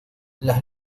las